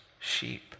sheep